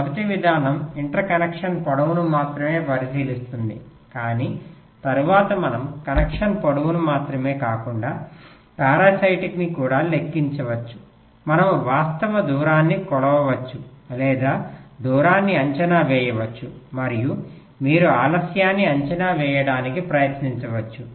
మొదటి విధానం inter connection పొడవును మాత్రమే పరిశీలిస్తుందికాని తరువాత మనం కనెక్షన్ పొడవును మాత్రమే కాకుండా పారాసిటిక్కూడా లెక్కించవచ్చు మనము వాస్తవ దూరాన్ని కొలవవచ్చు లేదా దూరాన్ని అంచనా వేయవచ్చు మరియు మీరు ఆలస్యాన్ని అంచనా వేయడానికి ప్రయత్నించవచ్చు